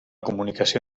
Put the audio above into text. comunicació